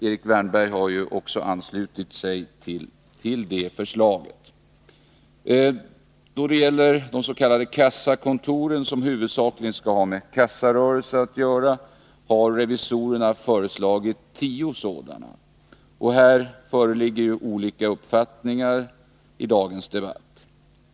Erik Wärnberg har också anslutit sig till detta förslag. Revisorerna har föreslagit tio s.k. kassakontor, som huvudsakligen skall ha med kassarörelse att göra. Här föreligger olika uppfattningar i dagens debatt.